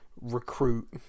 recruit